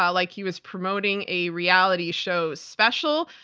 ah like he was promoting a reality show special.